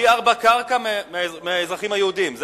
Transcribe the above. פי-ארבעה קרקע מהאזרחים היהודים.